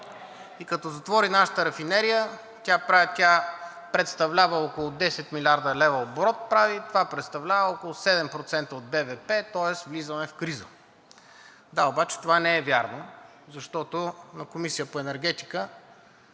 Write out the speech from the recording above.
и като затвори нашата рафинерия, тя представлява около 10 млрд. лв. оборот, това представлява около 7% от БВП, тоест влизаме в криза. Да, обаче това не е вярно, защото в Комисията по енергетика